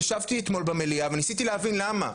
ישבתי אתמול במליאה וניסיתי להבין למה,